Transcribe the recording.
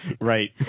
Right